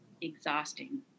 exhausting